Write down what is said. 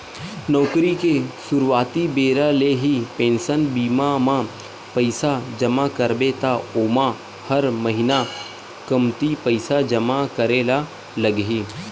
नउकरी के सुरवाती बेरा ले ही पेंसन बीमा म पइसा जमा करबे त ओमा हर महिना कमती पइसा जमा करे ल लगही